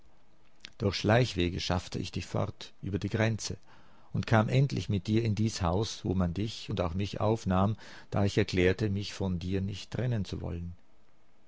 durch schleichwege schaffte ich dich fort über die grenze und kam endlich mit dir in dies haus wo man dich und auch mich aufnahm da ich erklärte mich von dir nicht trennen zu wollen